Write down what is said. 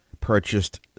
purchased